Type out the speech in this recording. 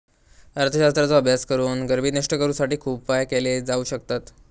अर्थशास्त्राचो अभ्यास करून गरिबी नष्ट करुसाठी खुप उपाय केले जाउ शकतत